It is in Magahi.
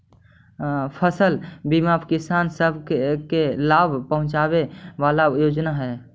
फसल बीमा किसान सब के लाभ पहुंचाबे वाला योजना हई